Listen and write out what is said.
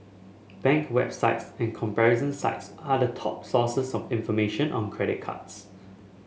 bank websites and comparison sites are the top sources of information on credit cards